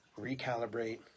recalibrate